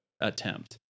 attempt